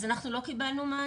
אז לא קיבלנו מענה.